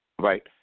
right